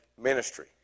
ministry